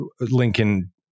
Lincoln